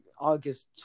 August